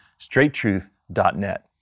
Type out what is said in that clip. straighttruth.net